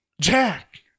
Jack